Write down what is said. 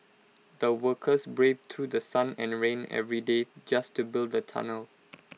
the workers braved through sun and rain every day just to build the tunnel